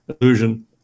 illusion